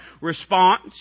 response